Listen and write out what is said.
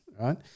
right